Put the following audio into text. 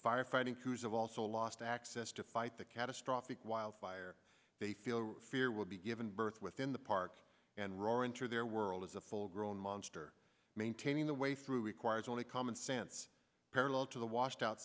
firefighting crews have also lost access to fight the catastrophic wildfire they feel no fear will be given birth within the park and roar into their world is a full grown monster maintaining the way through requires only common sense parallel to the washed out